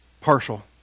partial